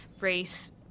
race